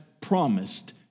promised